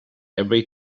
every